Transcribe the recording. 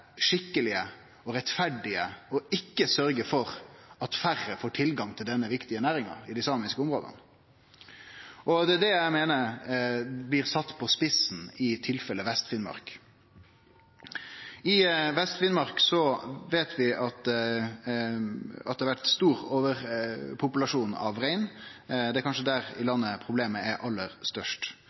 skikkelege og rettferdige – ikkje sørgje for at færre får tilgang til denne viktige næringa i dei samiske områda. Det er det eg meiner blir sett på spissen i tilfellet Vest-Finnmark. I Vest-Finnmark veit vi at det har vore stor overpopulasjon av rein. Det er kanskje der i landet problemet er aller størst.